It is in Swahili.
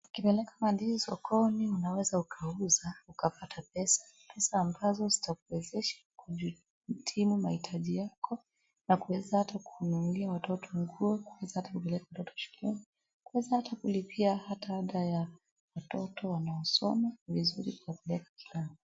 Ukipeleka mandizi sokoni unaweza ukauza ukapata pesa, pesa ambazo zinakuwezesha kuhitimu mahitaji yako na kuweza hata kununulia watoto nguo, kuweza hata kupeleka mtoto shule, kuweza hata kulipia ada ya mtoto anayesoma vizuri kwa kuleta sokoni.